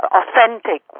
authentic